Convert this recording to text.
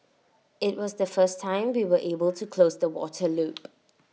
IT was the first time we were able to close the water loop